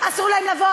אסור לנו לחוקק.